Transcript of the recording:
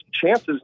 chances